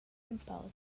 empau